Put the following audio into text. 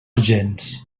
gens